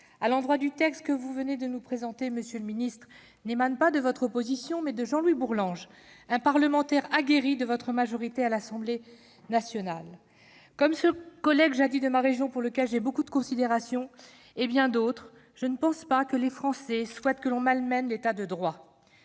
à l'endroit du texte que vous venez de nous présenter, monsieur le ministre, émanent non pas de votre opposition, mais de Jean-Louis Bourlanges, un parlementaire aguerri de votre majorité à l'Assemblée nationale. Comme cet ancien collègue de ma région, pour lequel j'ai beaucoup de considération, et bien d'autres, je ne pense pas que les Français souhaitent que l'on malmène l'État de droit.